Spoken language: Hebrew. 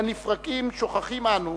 הן לפרקים שוכחים אנו